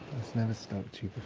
that's never stopped you